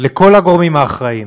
לכל הגורמים האחראיים,